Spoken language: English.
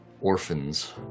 orphans